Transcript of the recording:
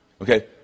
Okay